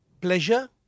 pleasure